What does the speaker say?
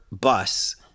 bus